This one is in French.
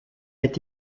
est